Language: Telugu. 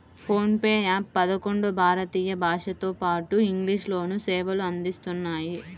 ఫోన్ పే యాప్ పదకొండు భారతీయ భాషలతోపాటు ఇంగ్లీష్ లోనూ సేవలు అందిస్తున్నాయి